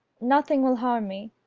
nothing will harm me.